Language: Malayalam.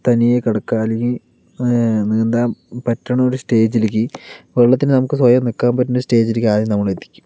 തനിയെ കിടക്കുക അല്ലെങ്കിൽ നീന്താൻ പറ്റണ ഒരു സ്റ്റേജിലേക്ക് വെള്ളത്തില് നമുക്ക് സ്വയം നിൽക്കാൻ പറ്റുന്ന ഒരു സ്റ്റേജിലേക്ക് ആദ്യം നമ്മളെ എത്തിക്കും